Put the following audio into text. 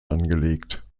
angelegt